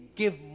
give